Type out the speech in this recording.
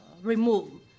remove